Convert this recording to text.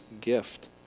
gift